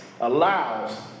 allows